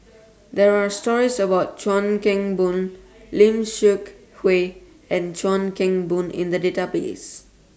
There Are stories about Chuan Keng Boon Lim Seok Hui and Chuan Keng Boon in The Database